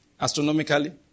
astronomically